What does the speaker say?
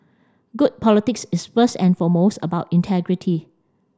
good politics is first and foremost about integrity